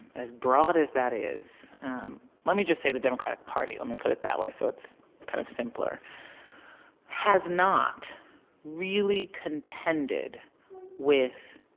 as broad as that is let me just say the democratic party, let me put it that way so it's kind of simpler has not really contended with